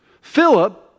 Philip